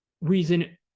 reason